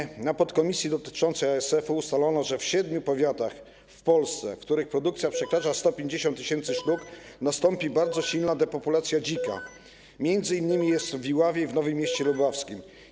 Na posiedzeniu podkomisji dotyczącej ASF-u ustalono, że w siedmiu powiatach w Polsce, w których produkcja przekracza 150 tys. sztuk, nastąpi bardzo silna depopualcja dzików, m.in. jest tak w Iławie i Nowym Mieście Lubawskim.